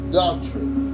doctrine